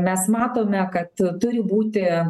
mes matome kad turi būti